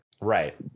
right